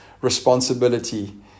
responsibility